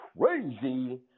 crazy